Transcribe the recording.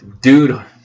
dude